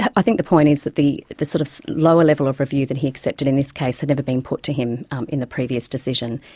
i think the point is that the the sort of lower level of review that he accepted in this case had never been put to him um in the previous decision.